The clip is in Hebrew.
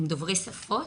הם דוברי שפות.